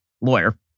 lawyer